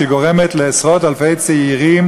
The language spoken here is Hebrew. שגורמת לעשרות אלפי צעירים